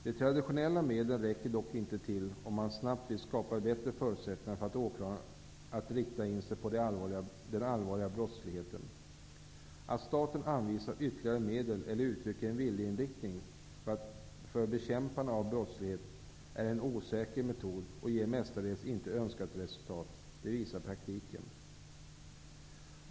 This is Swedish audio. De traditionella medlen räcker dock inte till om man snabbt vill skapa bättre förutsättningar för åklagarna att rikta in sig på den allvarliga brottsligheten. Att staten anvisar ytterligare medel eller uttrycker en viljeinriktning för bekämpande av brottslighet är en osäker metod och ger mestadels inte önskat resultat, det visar praktiken.